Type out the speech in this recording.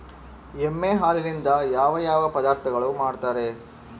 ಎಮ್ಮೆ ಹಾಲಿನಿಂದ ಯಾವ ಯಾವ ಪದಾರ್ಥಗಳು ಮಾಡ್ತಾರೆ?